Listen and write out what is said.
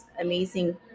amazing